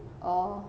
oh